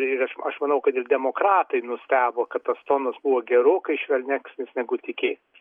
ir aš aš manau kad ir demokratai nustebo kad tas tonas buvo gerokai švelnesnis negu tikėjosi